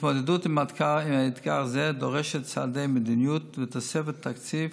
התמודדות עם אתגר זה דורשת צעדי מדיניות ותוספות תקציב,